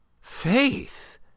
Faith